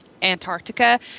antarctica